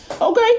Okay